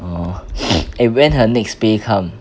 orh eh when her next pay come